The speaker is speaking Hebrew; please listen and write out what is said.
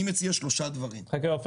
סליחה.